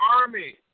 army